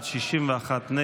הסתייגות 84 לחלופין לא נתקבלה.